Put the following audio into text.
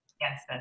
Yes